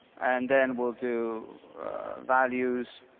then we'll do values,